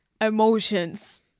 emotions